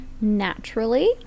naturally